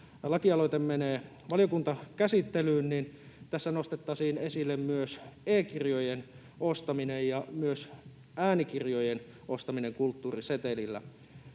lakialoite menee valiokuntakäsittelyyn, niin tässä nostettaisiin esille myös e-kirjojen ja äänikirjojen ostaminen kulttuurisetelillä.